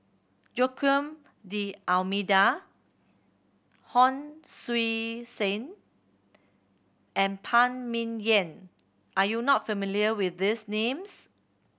Joaquim D'Almeida Hon Sui Sen and Phan Ming Yen are you not familiar with these names